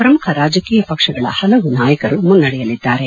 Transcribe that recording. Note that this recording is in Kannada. ಪ್ರಮುಖ ರಾಜಕೀಯ ಪಕ್ಷಗಳ ಹಲವು ನಾಯಕರು ಮುನ್ನಡೆಯಲ್ಲಿದ್ದಾರೆ